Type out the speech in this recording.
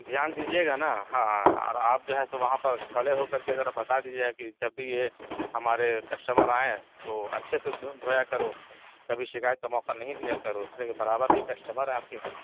دھیان دیجیے گا نا ہاں اور آپ جو ہے سو وہاں پر کھڑے ہو کر کے ذرا بتا دیجیے گا کہ جب بھی یہ ہمارے کسٹمر آئیں تو اچھے سے دھویا کرو کبھی شکایت کا موقع نہیں دیا کرو اس لیے کہ برابر کے کسٹمر ہیں آپ کے ہیں